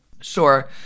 Sure